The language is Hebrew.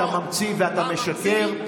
אתה ממציא ואתה משקר.